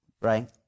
Right